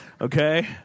Okay